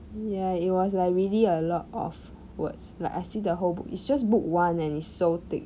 ya it was like really a lot of words like I see the whole book it's just book one and it's so thick